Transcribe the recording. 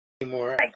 anymore